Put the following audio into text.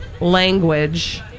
language